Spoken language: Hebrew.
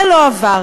זה לא עבר.